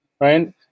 right